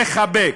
לחבק,